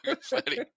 funny